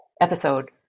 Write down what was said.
episode